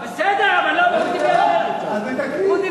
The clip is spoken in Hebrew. בסדר, אבל, אז מתקנים.